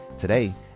Today